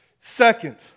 Second